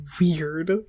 weird